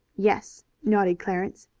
yes, nodded clarence.